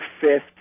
fifth